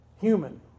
human